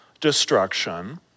destruction